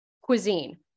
cuisine